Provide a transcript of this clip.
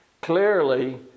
clearly